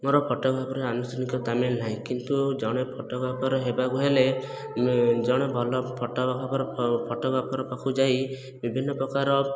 ମୋର ଫଟୋଗ୍ରାଫରରେ ଆନୁଷ୍ଠାନିକ ତାଲିମ ନାହିଁ କିନ୍ତୁ ଜଣେ ଫଟୋଗ୍ରାଫର ହେବାକୁ ହେଲେ ମୁଁ ଜଣେ ଭଲ ଫଟୋଗ୍ରାଫର ପାଖକୁ ଯାଇ ବିଭିନ୍ନ ପ୍ରକାର